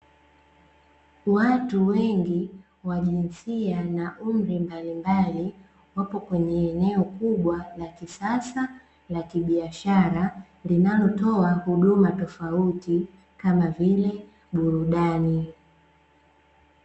Watu wengi wa jinsia na umri mbalimbali wapo kwenye eneo kubwa la kisasa la kibiashara linalotoa huduma tofauti kama vile burudani.